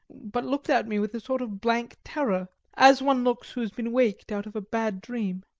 but looked at me with a sort of blank terror, as one looks who has been waked out of a bad dream.